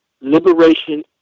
liberation